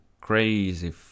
crazy